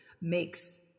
makes